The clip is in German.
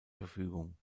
verfügung